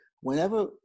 Whenever